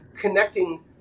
connecting